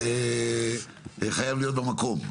חייב להיות במקום.